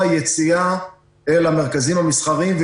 מרקחת